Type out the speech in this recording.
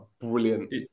brilliant